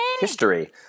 History